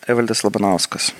evaldas labanauskas